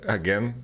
again